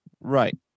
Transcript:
Right